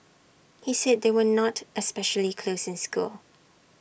he said they were not especially close in school